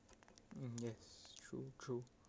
mm yes true true